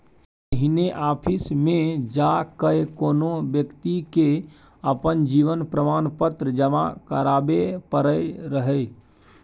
पहिने आफिसमे जा कए कोनो बेकती के अपन जीवन प्रमाण पत्र जमा कराबै परै रहय